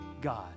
God